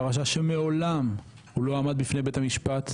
פרשה שמעולם הוא לא עמד בפני בית המשפט,